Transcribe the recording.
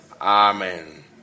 Amen